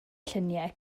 lluniau